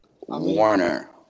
Warner